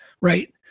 right